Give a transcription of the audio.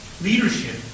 leadership